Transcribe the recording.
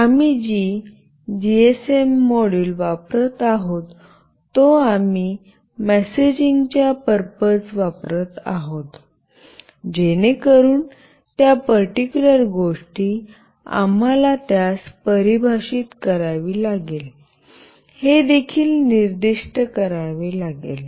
आम्ही G GSM module वापरत आहोत तो आम्ही मेसेजिंगच्या पर्पज वापरत आहोत जेणेकरून त्या पर्टिक्युलर गोष्टी आम्हाला त्यास परिभाषित करावी लागेल हे देखील निर्दिष्ट करावे लागेल